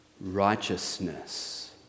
righteousness